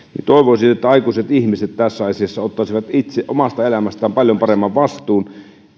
toivoisin että aikuiset ihmiset tässä asiassa ottaisivat itse omasta elämästään paljon paremman vastuun